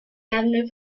avenue